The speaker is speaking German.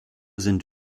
sind